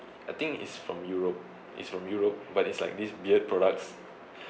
I think is from europe is from europe but it's like this beard products